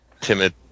timid